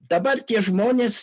dabar tie žmonės